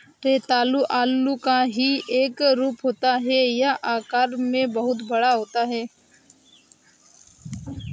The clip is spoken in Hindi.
रतालू आलू का ही एक रूप होता है यह आकार में बहुत बड़ा होता है